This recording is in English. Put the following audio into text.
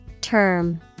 Term